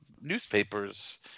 newspapers